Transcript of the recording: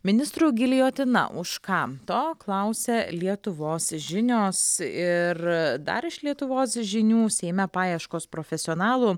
ministrų giljotina už ką to klausia lietuvos žinios ir dar iš lietuvos žinių seime paieškos profesionalų